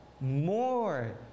more